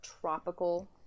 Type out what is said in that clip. tropical